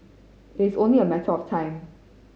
it's only a matter of time